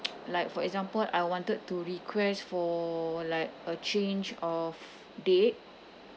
like for example I wanted to request for like a change of date